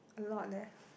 a lot leh